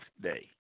day